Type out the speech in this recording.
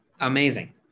Amazing